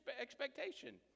expectation